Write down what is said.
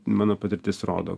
mano patirtis rodo